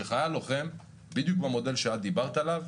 שחייל לוחם בדיוק במודל שדברת עליו,